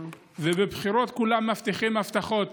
ובבחירות כולם מבטיחים הבטחות.